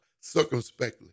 circumspectly